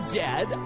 dead